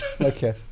okay